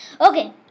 Okay